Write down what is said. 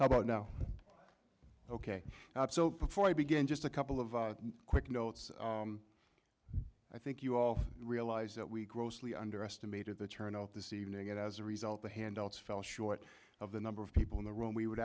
how about now ok so before i begin just a couple of quick notes i think you all realize that we grossly underestimated the turnout this evening and as a result the handouts fell short of the number of people in the room we would